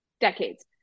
decades